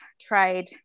tried